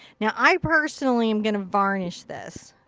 now, i personally am gonna varnish this.